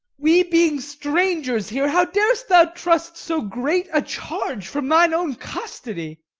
we being strangers here, how dar'st thou trust so great a charge from thine own custody?